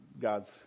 God's